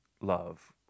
love